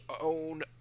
own